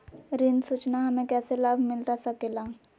ऋण सूचना हमें कैसे लाभ मिलता सके ला?